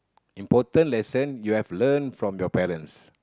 important lesson you have learnt from your parents